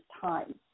time